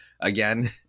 again